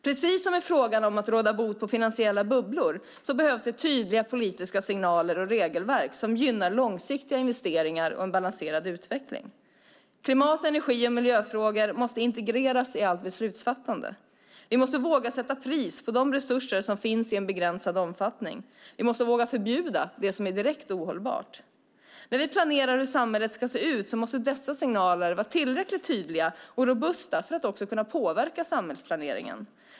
Precis som i fråga om att råda bot på finansiella bubblor behövs tydliga politiska signaler och regelverk som gynnar långsiktiga investeringar och en balanserad utveckling. Klimat-, energi och miljöfrågor måste integreras i allt beslutsfattande. Vi måste våga sätta pris på de resurser som finns i en begränsad omfattning. Vi måste våga förbjuda det som är direkt ohållbart. När vi planerar hur samhället ska se ut måste dessa signaler vara tillräckligt tydliga och robusta för att också kunna påverka samhällsplaneringen.